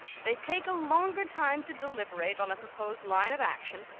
they take a longer time to deliberate on a proposed line of action,